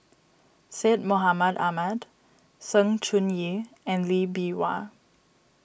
Syed Mohamed Ahmed Sng Choon Yee and Lee Bee Wah